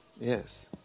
Yes